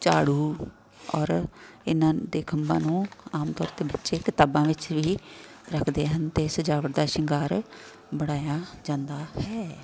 ਝਾੜੂ ਔਰ ਇਹਨਾਂ ਦੇ ਖੰਭਾਂ ਨੂੰ ਆਮ ਤੌਰ 'ਤੇ ਬੱਚੇ ਕਿਤਾਬਾਂ ਵਿੱਚ ਵੀ ਰੱਖਦੇ ਹਨ ਅਤੇ ਸਜਾਵਟ ਦਾ ਸ਼ਿੰਗਾਰ ਬਣਾਇਆ ਜਾਂਦਾ ਹੈ